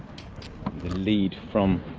the lead from